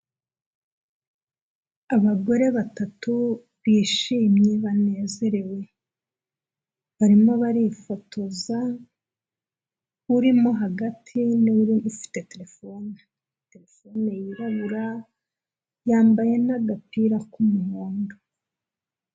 Abagore batatu bishimye banezerewe, barimo barifotoza, urimo hagati niwe ufite telefone, telefone yirabura, yambaye n'agapira k'umuhondo.